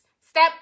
step